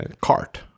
cart